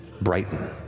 brighten